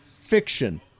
Fiction